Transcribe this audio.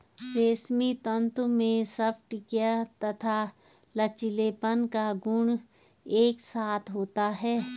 रेशमी तंतु में स्फटिकीय तथा लचीलेपन का गुण एक साथ होता है